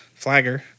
Flagger